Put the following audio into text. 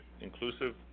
inclusive